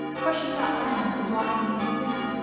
for she thought diamond was walking in his sleep,